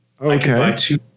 Okay